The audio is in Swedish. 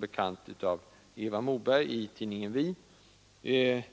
bekant också framförts av Eva Moberg i tidningen Vi.